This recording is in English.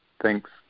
Thanks